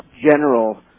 general